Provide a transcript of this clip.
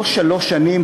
לא שלוש שנים.